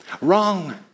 Wrong